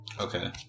Okay